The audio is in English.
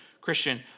Christian